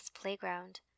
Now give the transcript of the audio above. playground